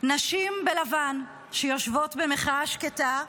נשים בלבן, שיושבות במחאה שקטה,